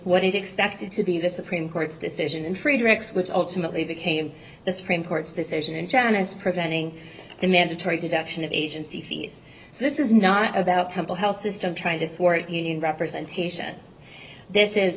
what is expected to be the supreme court's decision in friedrichs which ultimately became the supreme court's decision in janice preventing the mandatory deduction of agency fees so this is not about temple health system trying to thwart union representation this is